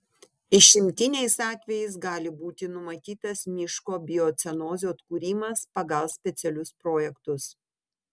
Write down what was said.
išimtiniais atvejais gali būti numatytas miško biocenozių atkūrimas pagal specialius projektus